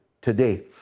today